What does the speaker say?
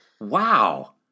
Wow